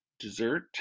Dessert